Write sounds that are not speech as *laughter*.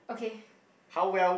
okay *breath*